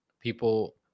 people